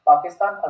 Pakistan